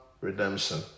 redemption